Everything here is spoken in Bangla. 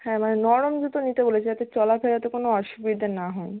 হ্যাঁ মানে নরম জুতো নিতে বলেছে যাতে চলাফেরাতে কোনো অসুবিধা না হয়